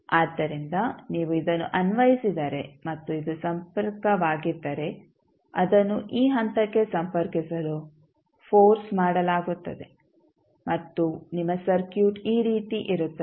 ಆದ್ದರಿಂದ ನೀವು ಇದನ್ನು ಅನ್ವಯಿಸಿದರೆ ಮತ್ತು ಇದು ಸಂಪರ್ಕವಾಗಿದ್ದರೆ ಅದನ್ನು ಈ ಹಂತಕ್ಕೆ ಸಂಪರ್ಕಿಸಲು ಫೋರ್ಸ್ ಮಾಡಲಾಗುತ್ತದೆ ಮತ್ತು ನಿಮ್ಮ ಸರ್ಕ್ಯೂಟ್ ಈ ರೀತಿ ಇರುತ್ತದೆ